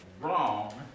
wrong